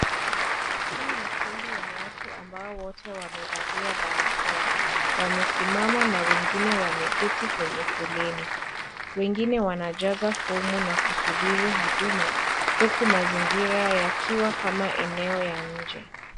Hii ni kundi ya watu ambao wote wamevalia barakoa, wamesimama na wengine wameketi kwenye foleni, wengine wanajaza fomu na kusubiri huduma, huku mazingira yakiwa kama eneo ya nje.